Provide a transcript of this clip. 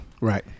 Right